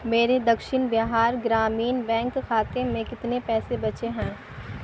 میرے دکشن بہار گرامین بینک کھاتے میں کتنے پیسے بچے ہیں